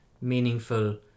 meaningful